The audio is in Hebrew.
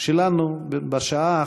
שלנו בשעה האחרונה,